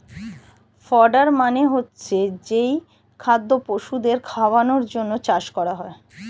fodder মানে হচ্ছে যেই খাদ্য পশুদের খাওয়ানোর জন্যে চাষ করা হয়